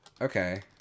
Okay